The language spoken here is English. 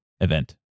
event